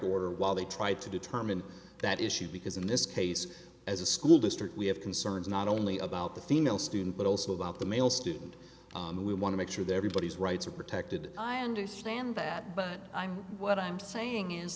order while they try to determine that issue because in this case as a school district we have concerns not only about the female student but also about the male student we want to make sure that everybody's rights are protected i understand that but i'm what i'm saying is